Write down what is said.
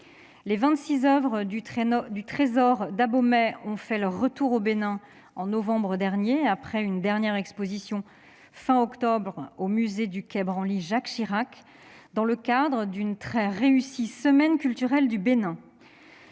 oeuvres du trésor d'Abomey ont fait leur retour au Bénin, en novembre dernier, après une dernière exposition à la fin du mois d'octobre, au musée du quai Branly-Jacques Chirac, dans le cadre d'une très réussie semaine culturelle du Bénin.